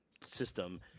system